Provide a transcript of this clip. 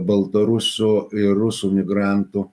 baltarusių ir rusų migrantų